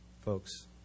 Folks